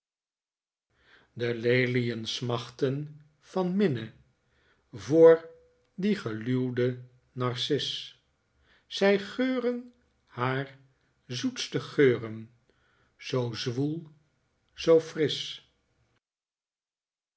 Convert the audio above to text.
de lelien smachten van minne voor die geluwe narcis zij geuren haar zoetste geuren zoo zwoei zoo frisch